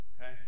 okay